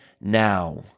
now